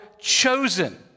chosen